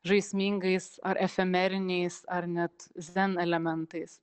žaismingais ar efemeriniais ar net zen elementais